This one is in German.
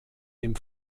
dem